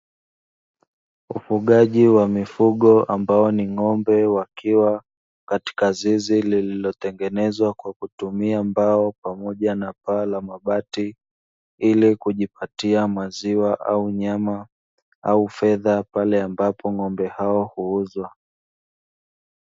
Ufugaji wa mifugo ambao ni ng'ombe wakiwa katika zizi, lililotengenezwa kwa kutumia mbao pamoja na paa la mabati, ili kujipatia maziwa, nyama au fedha pale ambapo ng'ombe hao wanauzwa.